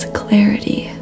clarity